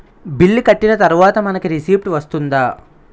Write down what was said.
Bill కట్టిన తర్వాత మనకి రిసీప్ట్ వస్తుందా?